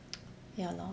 ya lor